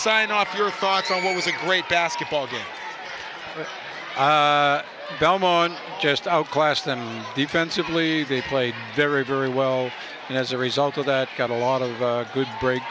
sign off your thoughts on what was a great basketball game delmon just outclassed and defensively they played very very well and as a result of that got a lot of good break